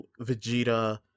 Vegeta